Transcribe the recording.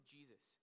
Jesus